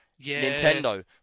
Nintendo